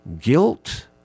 guilt